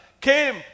came